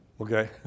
Okay